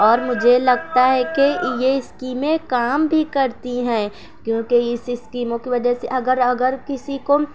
اور مجھے لگتا ہے کہ یہ اسکیمیں کام بھی کرتی ہیں کیونکہ اس اسکیموں کہ وجہ سے اگر اگر کسی کو